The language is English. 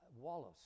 Wallace